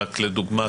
רק לדוגמה,